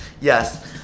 Yes